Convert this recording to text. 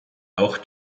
auch